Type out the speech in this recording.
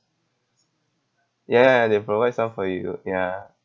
ya ya they provide some for you ya